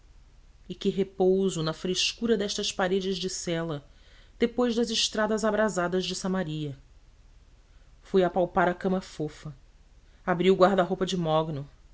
e que repouso na frescura destas paredes de cela depois das estradas abrasadas de samaria fui apalpar a cama fofa abri o guarda roupa de mogno